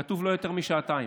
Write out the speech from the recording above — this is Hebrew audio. כתוב: לא יותר משעתיים.